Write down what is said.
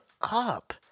up